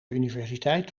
universiteit